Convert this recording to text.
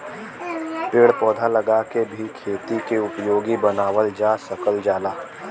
पेड़ पौधा लगा के भी खेत के उपयोगी बनावल जा सकल जाला